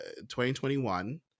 2021